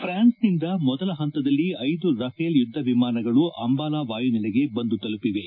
ಫ್ರಾನ್ಸ್ನಿಂದ ಮೊದಲ ಹಂತದಲ್ಲಿ ಐದು ರಫೇಲ್ ಯುದ್ದ ವಿಮಾನಗಳು ಅಂಬಾಲ ವಾಯುನೆಲೆಗೆ ಬಂದು ತಲುಪಿವೆ